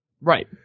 Right